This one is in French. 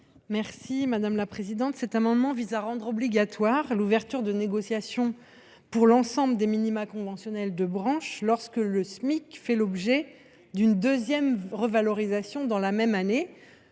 l’amendement n° 3 rectifié. Cet amendement vise à rendre obligatoire l’ouverture de négociations pour l’ensemble des minima conventionnels de branche lorsque le Smic fait l’objet d’une deuxième revalorisation au cours d’une même année.